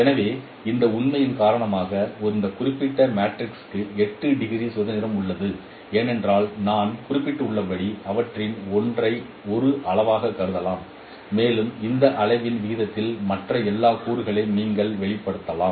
எனவே இந்த உண்மையின் காரணமாக இந்த குறிப்பிட்ட மேட்ரிக்ஸுக்கு 8 டிகிரி சுதந்திரம் உள்ளது ஏனென்றால் நான் குறிப்பிட்டுள்ளபடி அவற்றில் ஒன்றை ஒரு அளவாகக் கருதலாம் மேலும் இந்த அளவின் விகிதத்தில் மற்ற எல்லா கூறுகளையும் நீங்கள் வெளிப்படுத்தலாம்